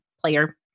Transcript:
player